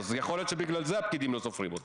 יכול להיות שבגלל זה הפקידים לא סופרים אותו.